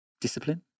discipline